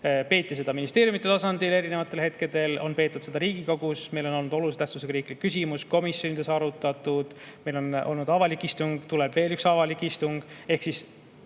peeti seda ministeeriumide tasandil erinevatel hetkedel, on peetud Riigikogus, meil on olnud olulise tähtsusega riiklik küsimus, komisjonides on arutatud, meil on olnud avalik istung, tuleb veel üks avalik istung. Kaasamise